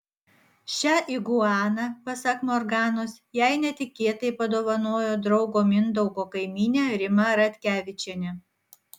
šią iguaną pasak morganos jai netikėtai padovanojo draugo mindaugo kaimynė rima ratkevičienė